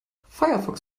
firefox